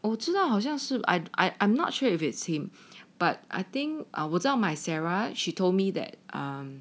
我知道好像是 I I I'm not sure if it's him but I think our misarah she told me that I'm